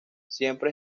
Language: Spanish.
siempre